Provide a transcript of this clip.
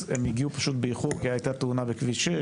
אז הם הגיעו פשוט באיחור כי הייתה תאונה בכביש 6,